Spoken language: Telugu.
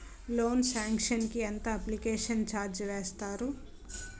లోన్ సాంక్షన్ కి ఎంత అప్లికేషన్ ఛార్జ్ వేస్తారు?